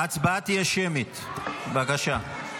חורבן, רק חורבן הבאתם.